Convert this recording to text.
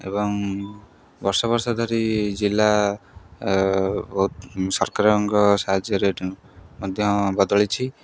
ଏବଂ ବର୍ଷ ବର୍ଷ ଧରି ଜିଲ୍ଲା ବହୁତ ସରକାରଙ୍କ ସାହାଯ୍ୟରେ ମଧ୍ୟ ବଦଳିଛି